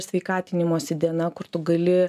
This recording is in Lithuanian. sveikatinimosi diena kur tu gali